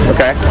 Okay